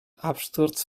absturz